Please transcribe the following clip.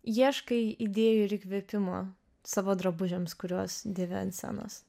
ieškai idėjų ir įkvėpimo savo drabužiams kuriuos dėvi ant scenos